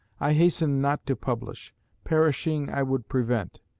i hasten not to publish perishing i would prevent.